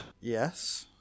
Yes